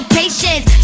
patience